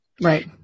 Right